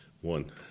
One